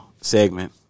Segment